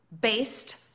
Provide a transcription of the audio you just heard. based